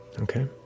Okay